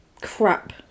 crap